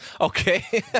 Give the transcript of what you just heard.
okay